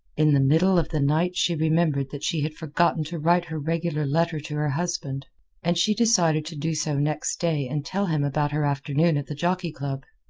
in the middle of the night she remembered that she had forgotten to write her regular letter to her husband and she decided to do so next day and tell him about her afternoon at the jockey club.